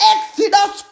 Exodus